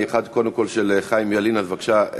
זיכרונו לברכה,